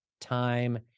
time